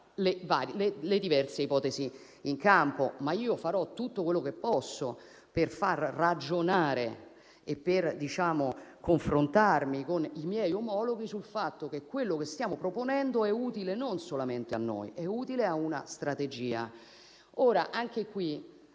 le diverse ipotesi in campo. Io farò tutto quello che posso per far ragionare e per confrontarmi con i miei omologhi sul fatto che quello che stiamo proponendo è utile non solamente a noi. È utile a una strategia. Anche qui,